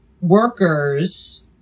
workers